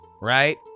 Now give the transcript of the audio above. right